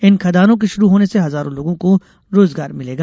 इन खदानों के शुरू होने से हजारों लोगों को रोजगार मिलेगा